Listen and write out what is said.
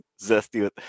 Zesty